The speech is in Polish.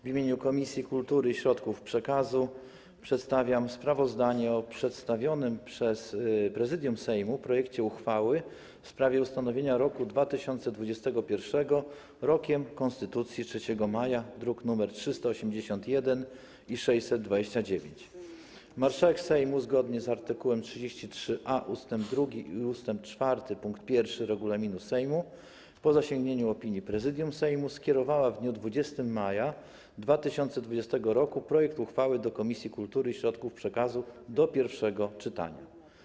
W imieniu Komisji Kultury i Środków Przekazu przedstawiam sprawozdanie o przedstawionym przez Prezydium Sejmu projekcie uchwały w sprawie ustanowienia roku 2021 Rokiem Konstytucji 3 Maja, druki nr 381 i 629. Marszałek Sejmu, zgodnie z art. 33a ust. 2 i ust. 4 pkt 1 regulaminu Sejmu, po zasięgnięciu opinii Prezydium Sejmu, skierowała w dniu 20 maja 2020 r. projekt uchwały do Komisji Kultury i Środków Przekazu do pierwszego czytania.